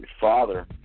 father